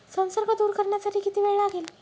संसर्ग दूर करण्यासाठी किती वेळ लागेल?